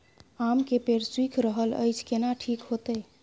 आम के पेड़ सुइख रहल एछ केना ठीक होतय?